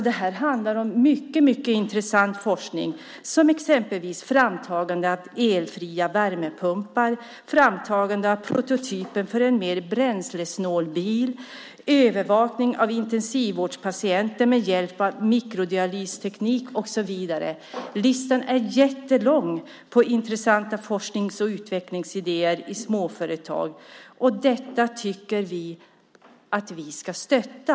Det här handlar om mycket intressant forskning, exempelvis framtagande av elfria värmepumpar, framtagande av prototyp för en mer bränslesnål bil, övervakning av intensivvårdspatienter med hjälp av mikrodialysteknik och så vidare. Listan på intressanta forsknings och utvecklingsidéer i småföretag är jättelång. Dessa tycker jag att vi ska stötta.